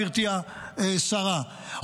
גברתי השרה,